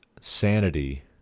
sanity